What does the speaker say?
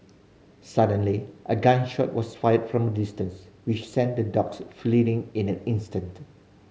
suddenly a gun shot was fired from distance which sent the dogs fleeing in an instant